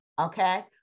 Okay